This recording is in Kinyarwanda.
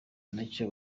nacyo